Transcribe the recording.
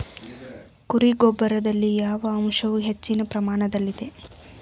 ಕುರಿ ಗೊಬ್ಬರದಲ್ಲಿ ಯಾವ ಅಂಶವು ಹೆಚ್ಚಿನ ಪ್ರಮಾಣದಲ್ಲಿದೆ?